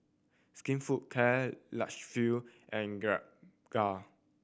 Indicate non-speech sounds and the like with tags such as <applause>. Skinfood Karl Lagerfeld and Gilera <unintelligible>